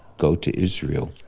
go to israel.